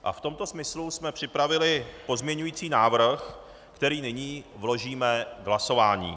V tomto smyslu jsme připravili pozměňující návrh, který nyní vložíme k hlasování.